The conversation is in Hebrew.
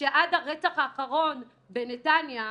שעד הרצח האחרון בנתניה,